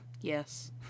Yes